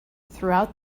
throughout